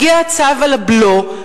הגיע צו על הבלו,